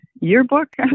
yearbook